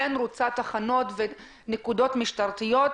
רוצה תחנות ונקודות משטרתיות.